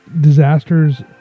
disasters